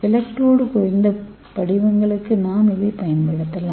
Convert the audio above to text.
electrode குறைந்த படிவுகளுக்கு நாம் இதைப் பயன்படுத்தலாம்